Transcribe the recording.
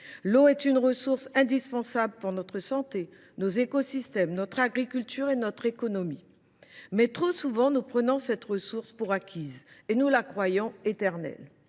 effet une ressource indispensable pour notre santé, pour nos écosystèmes, pour notre agriculture et pour notre économie, mais, trop souvent, nous prenons cette ressource pour acquise. En plus, nous la croyons éternelle…